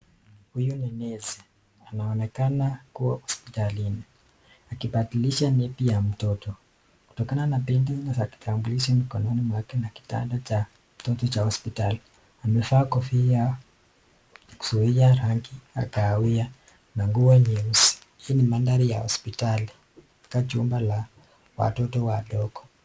Huyu ni nesi anaonekana kuwa hospitalini anaonekana akiwa ameshikilia bedi za mtoto kutokana na kitambulisho cha hospitali amevaa kofia ya rangi ya kaawia na nguo cheusi hii ni mandhari ya hospitali katika chumba cha watoto.